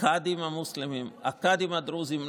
הקאדים המוסלמים והקאדים הדרוזים?